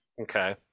Okay